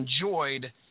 enjoyed